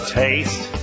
taste